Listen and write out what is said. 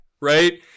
right